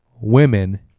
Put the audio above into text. women